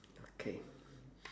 okay